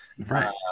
Right